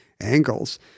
angles